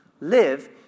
live